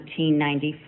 1994